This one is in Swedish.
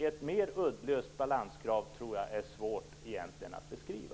Ett mer uddlöst balanskrav tror jag är svårt att beskriva.